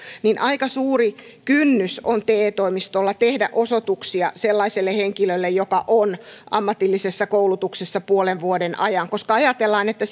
niin aika suuri kynnys on te toimistolla tehdä osoituksia sellaiselle henkilölle joka on ammatillisessa koulutuksessa puolen vuoden ajan koska ajatellaan että